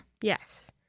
Yes